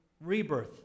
rebirth